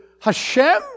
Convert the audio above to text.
Hashem